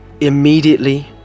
immediately